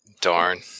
Darn